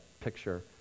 picture